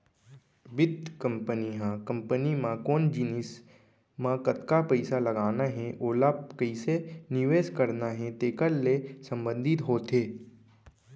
बित्त कंपनी ह कंपनी म कोन जिनिस म कतका पइसा लगाना हे ओला कइसे निवेस करना हे तेकर ले संबंधित होथे